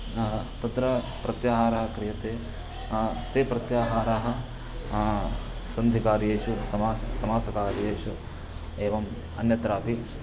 न तत्र प्रत्याहारः क्रियते ते प्रत्याहाराः सन्धिकार्येषु समासः समासकार्येषु एवम् अन्यत्रापि